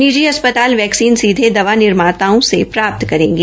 निजी अस्प्ताल वक्तसीन सीधे दवा निर्माताओं से प्राप्त करेंगे